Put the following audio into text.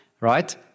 right